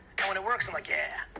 and when it works i'm like, yeah!